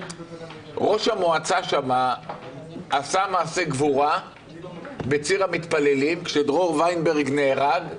ראש המועצה שם עשה מעשה גבורה בציר המתפללים כשדרור וינברג נהרג,